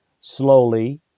slowly